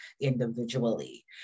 individually